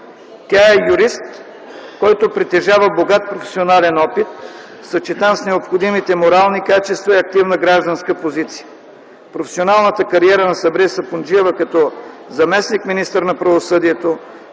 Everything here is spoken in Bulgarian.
Тя е юрист, който притежава богат професионален опит, съчетан с необходимите морални качества и активна гражданска позиция. Професионалната кариера на Сабрие Сапунджиева като заместник-министър на правосъдието,